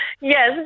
Yes